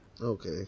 okay